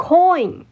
Coin